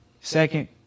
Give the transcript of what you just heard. Second